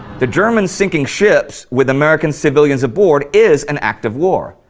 the germans sinking ships with american civilians aboard is an act of war.